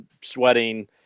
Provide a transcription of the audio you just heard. sweating